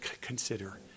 consider